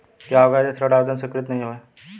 क्या होगा यदि ऋण आवेदन स्वीकृत नहीं है?